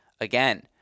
Again